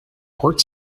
port